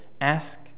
ask